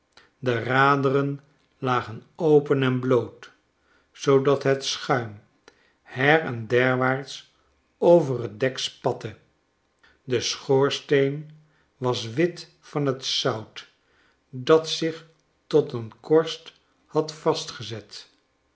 de raderen lagen open en moot zoodat het schuim her enderwaarts over t dek spatte de schoorsteen was wit van t zout dat zich tot een korst had vastgezet